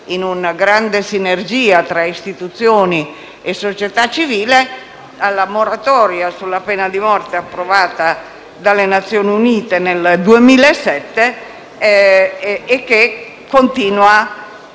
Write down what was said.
in una grande sinergia tra istituzioni e società civile, alla moratoria sulla pena di morte approvata dalle Nazioni Unite nel 2007, che continua ad